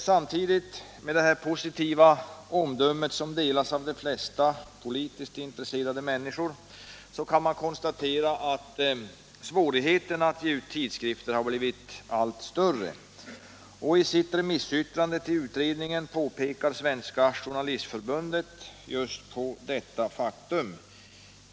Samtidigt med det här positiva omdömet, som delas av de flesta politiskt intresserade människor, kan man konstatera att svårigheterna att 37 ge ut tidskrifter har blivit allt större. I sitt remissyttrande till utredningen pekar Svenska Jourralistförbundet just på detta faktum.